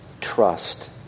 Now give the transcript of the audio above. trust